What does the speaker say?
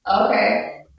Okay